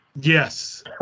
yes